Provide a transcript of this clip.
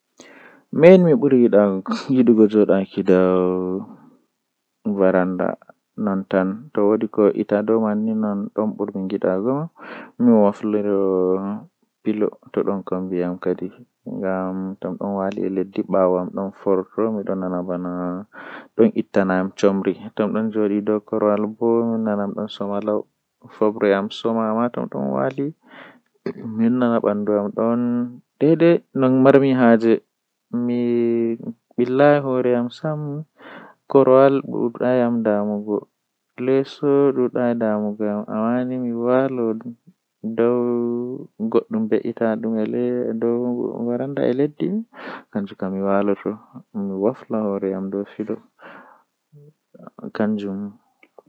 Nyalade siwtaare haa wuro amin kanjum woni nyande julde sulai e julde laiha julde sumai kanjum woni baawo nyalde talatin be sumai nden bawo mai lebbi didi be julde sumai nden laatata julde laiha